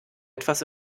etwas